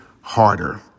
Harder